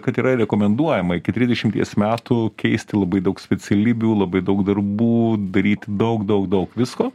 kad yra rekomenduojama iki trisdešimties metų keisti labai daug specialybių labai daug darbų daryti daug daug daug visko